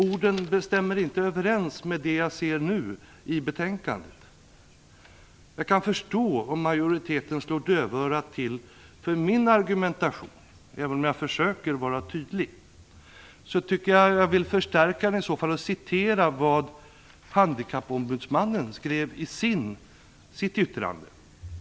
Orden stämmer inte överens med det jag ser nu i betänkandet. Jag kan förstå att majoriteten slår dövörat till för min argumentation, även om jag försöker att vara tydlig. Jag kan i så fall förstärka den genom att citera vad handikappombudsmannen skrev i sitt yttrande.